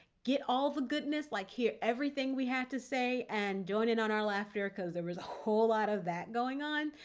get all the goodness like here, everything we had to say and join in on our laughter cause there was a whole lot of that going on,